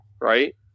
right